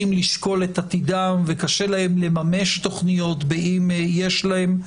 לשקול את עתידם וקשה להם לממש תוכניות אם יש להם,